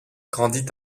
grandit